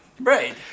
Right